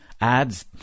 ads